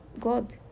God